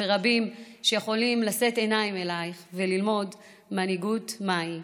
ורבים שיכולים לשאת עיניים אלייך וללמוד מנהיגות מהי.